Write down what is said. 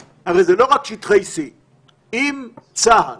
הרי זה לא רק שטחי C. אם צה"ל